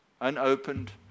unopened